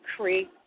Creek